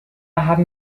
haben